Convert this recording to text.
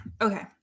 okay